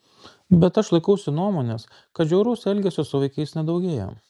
bet aš laikausi nuomonės kad žiauraus elgesio su vaikais nedaugėja